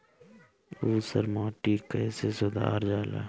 ऊसर माटी कईसे सुधार जाला?